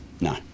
No